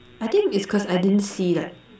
I think it's cause I didn't see like